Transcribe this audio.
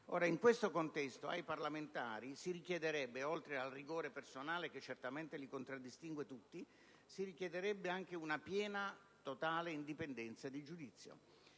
In questo contesto, ai parlamentari si richiederebbe, oltre al rigore personale che certamente li contraddistingue tutti, anche una piena e totale indipendenza di giudizio,